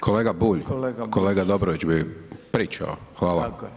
Kolega Bulj, kolega Dobrović bi pričao, hvala.